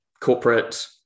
corporate